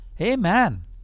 Amen